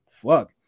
fuck